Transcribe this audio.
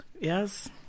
Yes